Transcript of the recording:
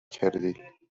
کردی